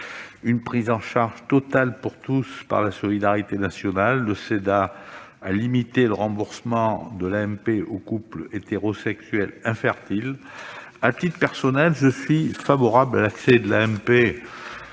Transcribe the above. une prise en charge totale pour tous par la solidarité nationale, le Sénat a limité le remboursement de l'AMP aux couples hétérosexuels infertiles. À titre personnel, je suis favorable à l'accès de l'AMP